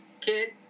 kid